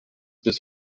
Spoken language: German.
bis